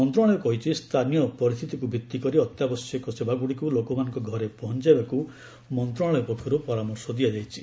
ମନ୍ତ୍ରଣାଳୟ କହିଛି ସ୍ଥାନୀୟ ପରିସ୍ଥିତିକୁ ଭିତ୍ତି କରି ଅତ୍ୟାବଶ୍ୟକ ସେବାଗୁଡ଼ିକୁ ଲୋକମାନଙ୍କ ଘରେ ପହଞ୍ଚାଇବାକୁ ମନ୍ତ୍ରଣାଳୟ ପକ୍ଷରୁ ପରାମର୍ଶ ଦିଆଯାଇଛି